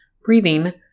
breathing